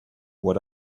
what